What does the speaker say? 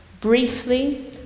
Briefly